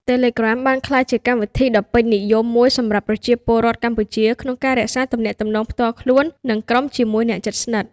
Telegram បានក្លាយជាកម្មវិធីដ៏ពេញនិយមមួយសម្រាប់ប្រជាពលរដ្ឋកម្ពុជាក្នុងការរក្សា ទំនាក់ទំនងផ្ទាល់ខ្លួន និងក្រុម ជាមួយអ្នកជិតស្និទ្ធ។